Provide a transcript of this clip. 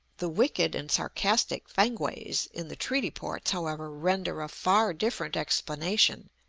the wicked and sarcastic fankwaes in the treaty ports, however, render a far different explanation.